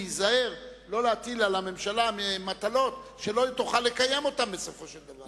להיזהר ולא להטיל על הממשלה מטלות שלא תוכל לקיים אותן בסופו של דבר,